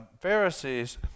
Pharisees